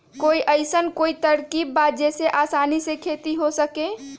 कोई अइसन कोई तरकीब बा जेसे आसानी से खेती हो सके?